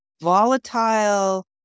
volatile